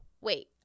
wait